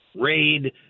raid